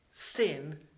Sin